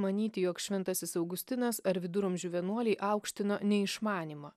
manyti jog šventasis augustinas ar viduramžių vienuoliai aukštino neišmanymą